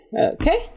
Okay